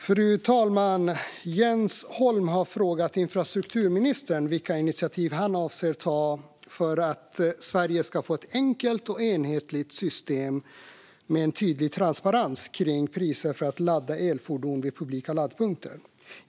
Fru talman! Jens Holm har frågat infrastrukturministern vilka initiativ han avser att ta för att Sverige ska få ett enkelt och enhetligt system med en tydlig transparens kring priser för att ladda elfordon vid publika laddpunkter.